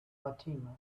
fatima